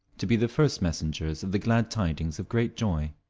to be the first messengers of the glad tidings of great joy.